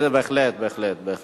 בהחלט, בהחלט, בהחלט.